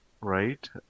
right